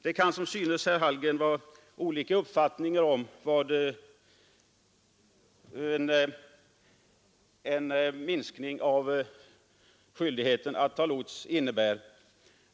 Det kan som synes, herr Hallgren, vara olika uppfattningar om vad en minskning av benägenheten att anlita lots innebär.